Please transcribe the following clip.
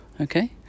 Okay